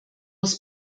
muss